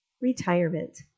Retirement